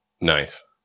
Nice